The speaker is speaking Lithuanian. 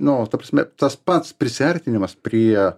nu ta prasme tas pats prisiartinimas prie